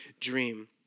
dream